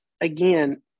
again